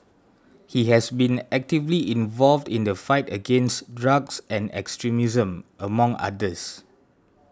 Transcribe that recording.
he has been actively involved in the fight against drugs and extremism among others